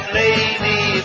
lady